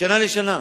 משנה לשנה,